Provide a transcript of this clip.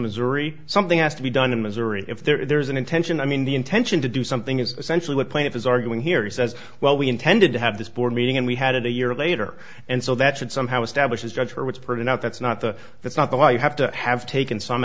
missouri something has to be done in missouri if there is an intention i mean the intention to do something is essentially what plaintiff is arguing here he says well we intended to have this board meeting and we had it a year later and so that should somehow establishes gudger which printed out that's not the that's not the law you have to have taken some